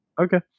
Okay